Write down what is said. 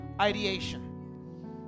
ideation